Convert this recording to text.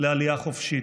לעלייה חופשית.